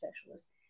specialists